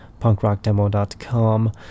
punkrockdemo.com